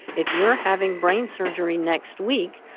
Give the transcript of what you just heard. if you are having brain surgery next week,